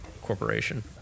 corporation